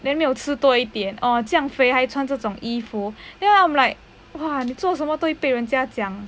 then 没有吃多一点哦这样肥还穿这种衣服 then I'm like !wah! 你做什么都会被人家讲